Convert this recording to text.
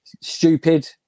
stupid